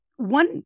One